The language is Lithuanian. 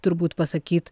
turbūt pasakyt